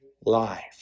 life